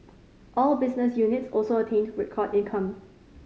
all business units also attained record income